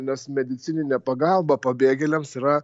nes medicininė pagalba pabėgėliams yra